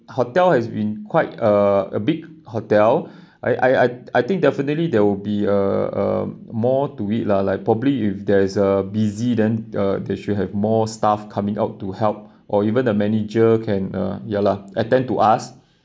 hotel has been quite a a big hotel I I I think definitely there will be uh more to it lah like probably if there is a busy then uh they should have more staff coming out to help or even the manager can uh ya lah attend to us